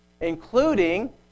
including